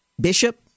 bishop